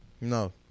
No